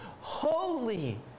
holy